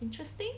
interesting